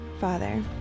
Father